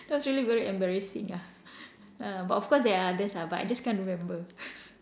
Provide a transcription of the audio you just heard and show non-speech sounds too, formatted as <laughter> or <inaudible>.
that was really very embarrassing ah ah but of course there are others ah but I just can't remember <laughs>